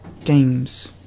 Games